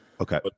Okay